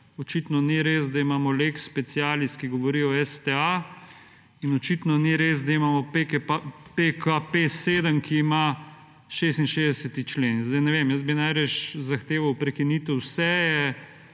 očitno ni res, da imamo lex specialis, ki govori o STA, in očitno ni res, da imamo PKP7, ki ima 66. člen. Zdaj ne vem, jaz bi najraje zahteval prekinitev